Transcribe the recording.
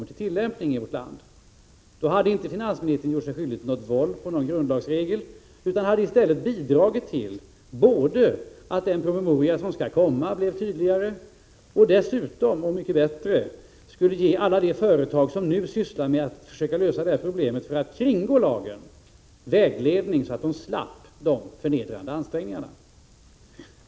Med ett sådant uttalande hade finansministern inte gjort våld på någon grundlagsregel, utan hade i stället bidragit till både att den promemoria som skall framläggas blir tydligare och — vilket är ännu bättre — till att ge alla de företag som försöker angripa detta problem för att kringgå lagen vägledning, så att de skulle slippa dessa förnedrande ansträngningar.